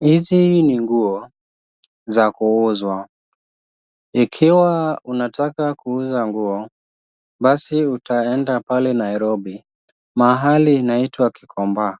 Hizi ni nguo za kuuzwa. Ikiwa unataka kuuza nguo, basi utaenda pale Nairobi, mahali inaitwa Gikomba,